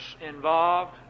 involved